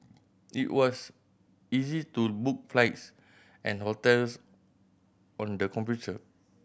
it was easy to book flights and hotels on the computer